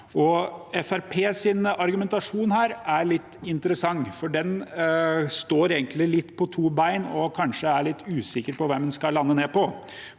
argumentasjon er litt interessant, for den står egentlig litt på to bein og er kanskje litt usikker på hvilket den skal lande ned på.